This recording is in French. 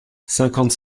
cinquante